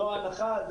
זו ההנחה.